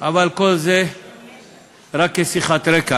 אבל כל זה רק כשיחת רקע.